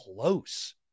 close